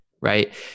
right